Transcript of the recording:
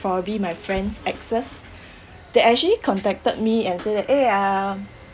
probably be my friend's exes they actually contacted me and say that eh um